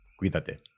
Cuídate